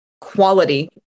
quality